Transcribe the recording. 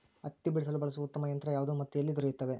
ಹತ್ತಿ ಬಿಡಿಸಲು ಬಳಸುವ ಉತ್ತಮ ಯಂತ್ರ ಯಾವುದು ಮತ್ತು ಎಲ್ಲಿ ದೊರೆಯುತ್ತದೆ?